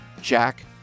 Jack